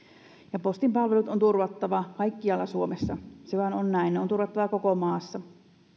postin palvelut on turvattava kaikkialla suomessa se vain on näin ne on turvattava koko maassa